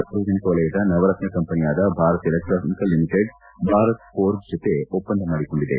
ಸಾರ್ವಜನಿಕ ವಲಯದ ನವರತ್ನ ಕಂಪನಿಯಾದ Bharat Electronics Limited Bharat Forge ಜೊತೆ ಒಪ್ಪಂದ ಮಾಡಿಕೊಂಡಿದೆ